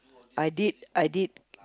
I did I did